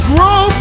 Grow